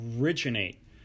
originate